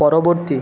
পরবর্তী